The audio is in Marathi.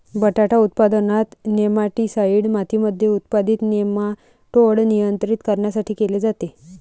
बटाटा उत्पादनात, नेमाटीसाईड मातीमध्ये उत्पादित नेमाटोड नियंत्रित करण्यासाठी केले जाते